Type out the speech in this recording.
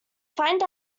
find